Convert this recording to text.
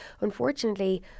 unfortunately